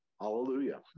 Hallelujah